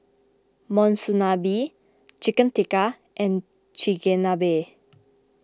Monsunabe Chicken Tikka and Chigenabe